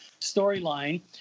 storyline